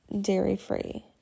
dairy-free